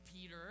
Peter